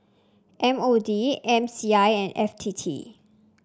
M O D M C I and F T T